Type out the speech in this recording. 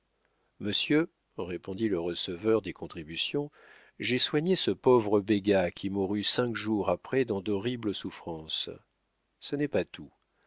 monsieur répondit le receveur des contributions j'ai soigné ce pauvre béga qui mourut cinq jours après dans d'horribles souffrances ce n'est pas tout